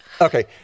Okay